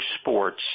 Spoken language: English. sports